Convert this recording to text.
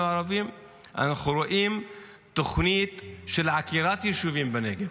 הערביים אנחנו רואים תוכנית של עקירת יישובים בנגב.